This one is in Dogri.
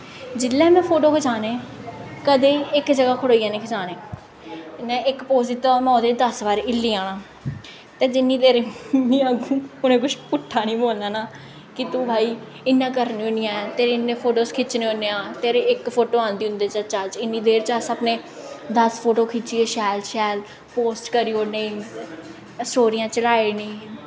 जिसलै में फोटो खचाने कदें इक जगह् खड़ोइयै निं खचाने उ'नें इक पोज़ दित्ते दा होऐ में ओह्दे च दस बारी हिल्ली जाना ते जिन्नी देर मीं अग्गूं उ'नें किश पुट्ठा निं बोलां ना तू भाई इ'यां करनी होन्नी ऐ तेरे इन्ने फोटो खिच्चने होन्ने आं तेरी इक फोटो आंदी उं'दे चा चज्ज दी इन्नी देर च अस अपने दस फोटो खिच्चियै शैल शैल पोस्ट करी ओड़ने स्टोरियां चढ़ाई ओड़ने